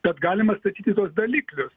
bet galima statyti tuos daliklius